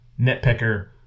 nitpicker